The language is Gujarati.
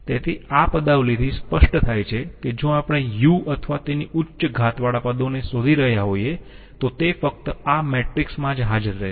તેથી આ પદાવલિથી સ્પષ્ટ થાય છે કે જો આપણે U અથવા તેની ઉચ્ચ ઘાતવાળા પદોને શોધી રહ્યા હોઈએ તો તે ફક્ત આ મેટ્રિક્સ માં જ હાજર રહેશે